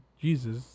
jesus